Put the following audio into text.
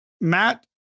Matt